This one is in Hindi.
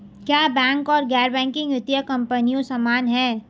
क्या बैंक और गैर बैंकिंग वित्तीय कंपनियां समान हैं?